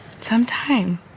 Sometime